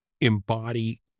embody